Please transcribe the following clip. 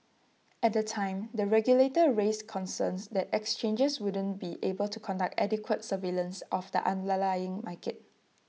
at the time the regulator raised concerns that exchanges wouldn't be able to conduct adequate surveillance of the underlying market